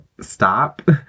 Stop